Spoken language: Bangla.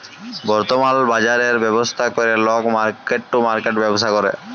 বর্তমাল বাজরের ব্যবস্থা ক্যরে লক মার্কেট টু মার্কেট ব্যবসা ক্যরে